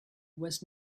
was